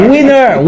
Winner